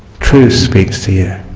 truth speaks to yeah